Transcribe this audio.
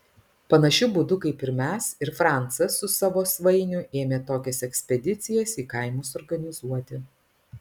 panašiu būdu kaip mes ir francas su savo svainiu ėmė tokias ekspedicijas į kaimus organizuoti